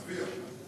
להצביע.